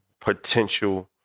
potential